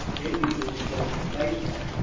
it uses slope from base point.